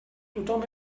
tothom